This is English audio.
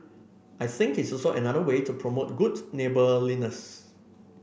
I think it's also another way to promote good neighbourliness